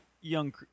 young